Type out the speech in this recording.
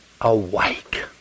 awake